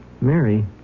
Mary